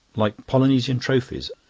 like polynesian trophies.